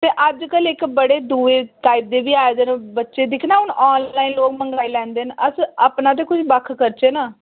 ते अजकल इक बड़े दुए टाइप दे बी आए दे न बच्चे दिक्ख ना हून आनलाइन लोक मंगाई लैंदे न अस अपना ते कोई बक्ख करचै ना